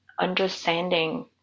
understanding